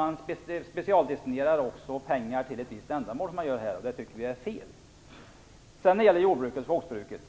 Man specialdestinerar alltså pengar för ett visst ändamål, och det tycker vi är fel. När det gäller jordbruket och skogsbruket